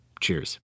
Cheers